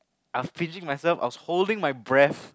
I was pinching myself I was holding my breath